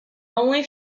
only